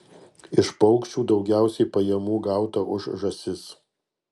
iš paukščių daugiausiai pajamų gauta už žąsis